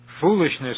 Foolishness